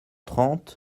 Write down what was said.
trente